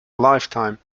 lifetime